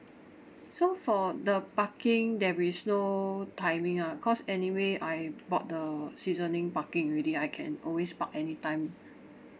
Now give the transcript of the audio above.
so for the parking there is no timing ah cause anyway I bought the seasoning parking already I can always park anytime